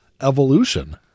evolution